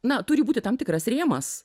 na turi būti tam tikras rėmas